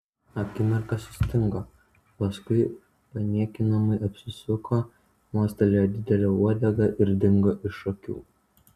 akimirką sustingo paskui paniekinamai apsisuko mostelėjo didele uodega ir dingo iš akių